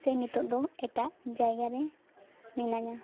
ᱥᱮ ᱱᱤᱛᱳᱜ ᱫᱚ ᱮᱴᱟᱜ ᱡᱟᱭᱜᱟ ᱨᱮ ᱢᱤᱱᱟᱹᱧᱟ